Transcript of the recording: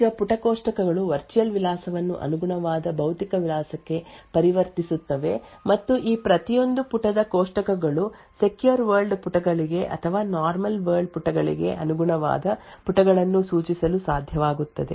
ಈಗ ಪುಟ ಕೋಷ್ಟಕಗಳು ವರ್ಚುಯಲ್ ವಿಳಾಸವನ್ನು ಅನುಗುಣವಾದ ಭೌತಿಕ ವಿಳಾಸಕ್ಕೆ ಪರಿವರ್ತಿಸುತ್ತವೆ ಮತ್ತು ಈ ಪ್ರತಿಯೊಂದು ಪುಟದ ಕೋಷ್ಟಕಗಳು ಸೆಕ್ಯೂರ್ ವರ್ಲ್ಡ್ ಪುಟಗಳಿಗೆ ಅಥವಾ ನಾರ್ಮಲ್ ವರ್ಲ್ಡ್ ಪುಟಗಳಿಗೆ ಅನುಗುಣವಾದ ಪುಟಗಳನ್ನು ಸೂಚಿಸಲು ಸಾಧ್ಯವಾಗುತ್ತದೆ